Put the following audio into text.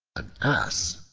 an ass,